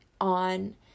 on